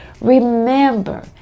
remember